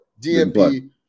DMP